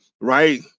right